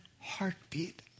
heartbeat